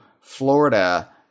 Florida